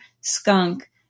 skunk